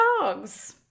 dogs